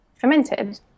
fermented